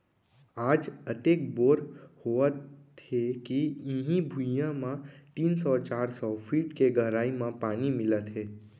आज अतेक बोर होवत हे के इहीं भुइयां म तीन सौ चार सौ फीट के गहरई म पानी मिलत हे